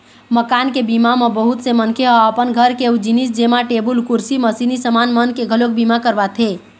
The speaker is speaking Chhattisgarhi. मकान के बीमा म बहुत से मनखे ह अपन घर के अउ जिनिस जेमा टेबुल, कुरसी, मसीनी समान मन के घलोक बीमा करवाथे